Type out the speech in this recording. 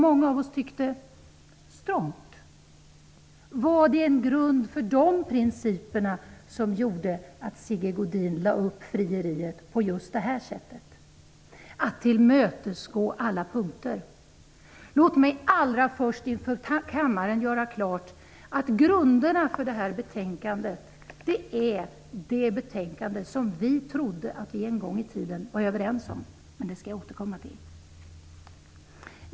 Många av oss tyckte att det var strongt. Var det grunden för dessa principer som gjorde att Sigge Godin lade upp frieriet på just det här sättet, dvs. genom att tillmötesgå på alla punkter? Låt mig allra först inför kammaren göra klart att grunderna för detta betänkande är det betänkande som vi en gång i tiden trodde att vi var överens om. Men det skall jag återkomma till.